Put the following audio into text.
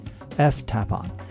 ftapon